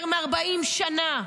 יותר מ-40 שנות